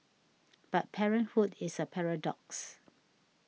but parenthood is a paradox